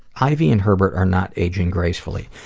ivy and herbert, are not aging gracefully!